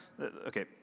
okay